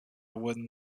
wooden